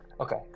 okay